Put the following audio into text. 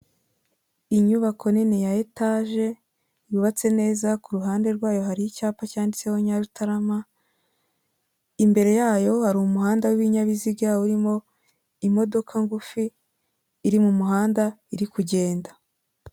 Inyubako nini ya etaje, yubatse neza, kuruhande rwayo hari icyapa cyanditseho Nyarutarama, imbere yayo hari umuhanda w'ibinyabiziga, urimo imodoka ngufi iri mu muhanda iri kugenda.